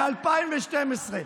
מ-2012.